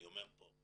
אני אומר פה,